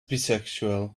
bisexual